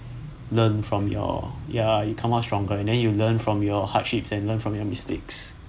learn from your ya you come out stronger and then you learn from your hardship and learn from your mistakes